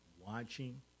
watching